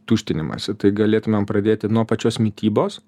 tuštinimąsi tai galėtumėm pradėti nuo pačios mitybos